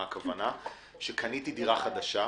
כלומר קניתי דירה חדשה,